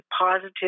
positive